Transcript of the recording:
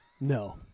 No